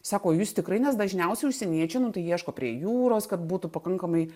sako jūs tikrai nes dažniausiai užsieniečiai nu tai ieško prie jūros kad būtų pakankamai